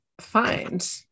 find